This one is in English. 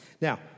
Now